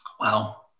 Wow